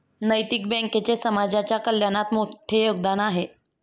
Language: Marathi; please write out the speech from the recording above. नैतिक बँकेचे समाजाच्या कल्याणात मोठे योगदान आहे